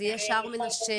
זה יהיה שער מנשה,